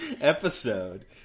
episode